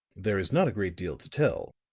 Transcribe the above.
there is not a great deal to tell,